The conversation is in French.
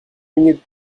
minutes